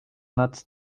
nad